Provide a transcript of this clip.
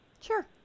Sure